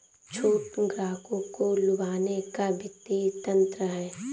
छूट ग्राहकों को लुभाने का वित्तीय तंत्र है